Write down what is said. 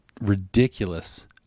ridiculous